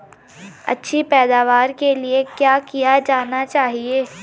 अच्छी पैदावार के लिए क्या किया जाना चाहिए?